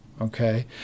Okay